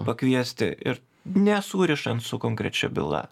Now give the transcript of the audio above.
pakviesti ir ne surišant su konkrečia byla